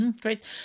Great